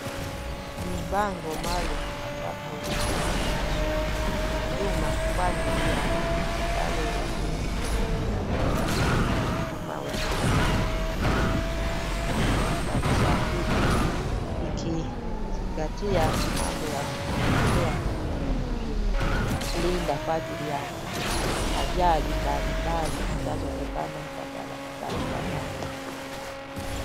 Ni bango maalum ambapo inaonyesha huduma kwa ajili ya wale wazee wa bodaboda ama waendesha pikipiki za biashara na usafiri ikizingatia mambo ya kujiwekea na kujilinda kwa ajili ya ajali mbalimbali zinazotokana barabarani.